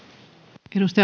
arvoisa